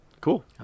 Cool